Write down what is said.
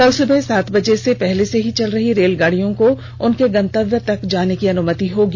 कल सुबह सात बजे पहले से ही चल रही रेलगाड़ियों को उनके गंतव्य तक जाने की अनुमति होगी